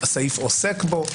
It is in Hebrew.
הסעיף עוסק בו,